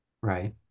Right